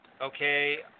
Okay